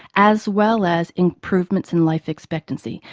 as well as improvements in life expectancy.